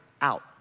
out